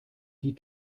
die